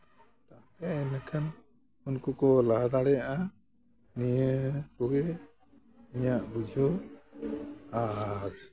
ᱛᱟᱦᱞᱮ ᱤᱱᱟᱹ ᱠᱷᱟᱱ ᱩᱱᱠᱩ ᱠᱚ ᱞᱟᱦᱟ ᱫᱟᱲᱮᱭᱟᱜᱼᱟ ᱱᱤᱭᱟᱹ ᱠᱚᱜᱮ ᱤᱧᱟᱜ ᱵᱩᱡᱷᱟᱹᱣ ᱟᱨ